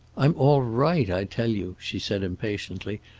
i'm all right, i tell you, she said impatiently.